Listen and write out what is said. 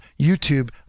YouTube